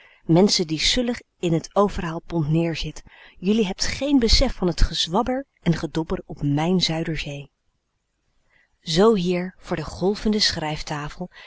menschen die sullig in n overhaalpont neerzit jullie hebt geen besef van t gezwabber en gedobber op m ij n zuiderzee zoo hier voor de g